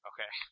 Okay